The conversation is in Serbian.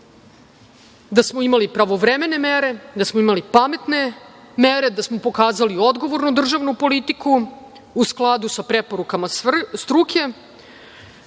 da smo imali pravovremene mere, da smo imali pametne mere, da smo pokazali odgovornu državnu politiku, u skladu sa preporukama struke. Mi